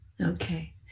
Okay